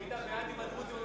היית בעד אם הדרוזים היו,